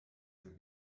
der